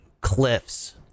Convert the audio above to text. cliffs